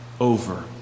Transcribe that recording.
over